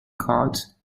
cards